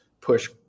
push